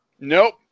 Nope